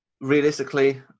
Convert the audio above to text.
realistically